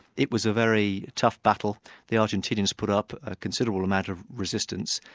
it was a very tough battle the argentinians put up a considerable amount of resistance,